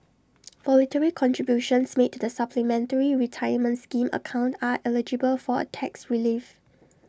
voluntary contributions made to the supplementary retirement scheme account are eligible for A tax relief